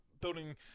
building